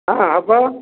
ହଁ ହେବ